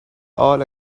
all